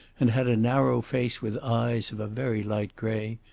and had a narrow face with eyes of a very light grey,